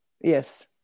yes